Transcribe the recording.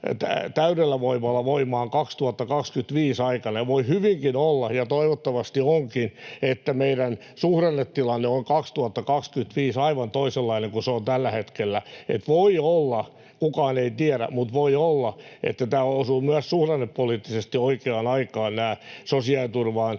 täydellä voimalla voimaan 2025 aikana, ja voi hyvinkin olla, ja toivottavasti onkin, että meidän suhdannetilanne on 2025 aivan toisenlainen kuin se on tällä hetkellä. Että voi olla — kukaan ei tiedä, mutta voi olla — että nämä sosiaaliturvaan